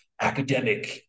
academic